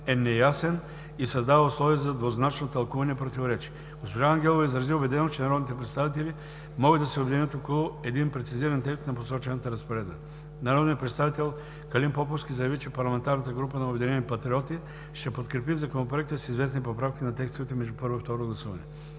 е неясен и създава условия за двузначно тълкуване и противоречия. Госпожа Ангелова изрази убеденост, че народните представители могат да се обединят около един прецизиран текст на посочената разпоредба. Народният представител Калин Поповски заяви, че парламентарната група на „Обединените патриоти“ ще подкрепи Законопроекта с известни поправки на текстовете между първо и второ гласуване.